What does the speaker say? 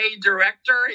director